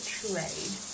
trade